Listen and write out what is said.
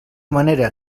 manera